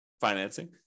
financing